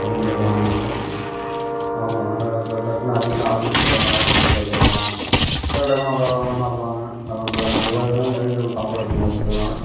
dining table வாங்கினதுக்கப்பறம் டக்குன்னு அர்ஜென்ட்டாக office போகிறவங்க வீட்டிலிருக்கவங்கலாம் டக்கு டக்குன்னு உக்காருவாங்க சாப்பிடுவாங்க டக்குன்னு போய்டுவாங்க எதாவதுன்னா டைனிங் டேபிள் சாப்பாடு எடுத்துகிட்டு வந்து வச்சிட்டதனால்